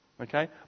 Okay